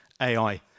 AI